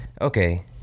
Okay